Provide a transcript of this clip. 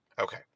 Okay